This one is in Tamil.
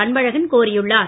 அன்பழகன் கோரியுள்ளார்